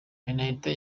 penaliti